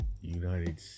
United